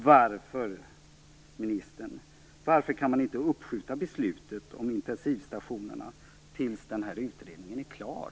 Varför, ministern, kan man inte skjuta upp beslutet om intensivstationerna tills utredningen är klar?